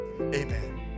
amen